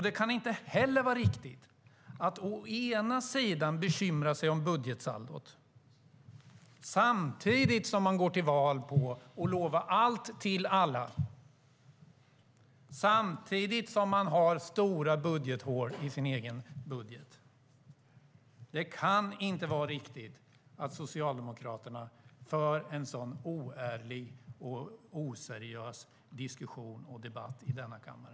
Det kan inte heller vara riktigt att man bekymrar sig om budgetsaldot samtidigt som man går till val på att lova allt till alla och har stora hål i sin egen budget. Det kan inte vara riktigt att Socialdemokraterna för en sådan oärlig och oseriös diskussion och debatt i denna kammare.